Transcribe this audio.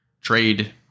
trade